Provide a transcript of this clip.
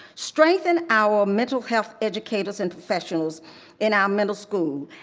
strengthen our mental health educators and professionals in our middle school,